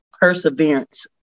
perseverance